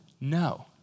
No